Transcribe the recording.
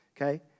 okay